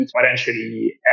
potentially